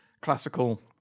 classical